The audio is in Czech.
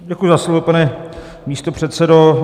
Děkuji za slovo, pane místopředsedo.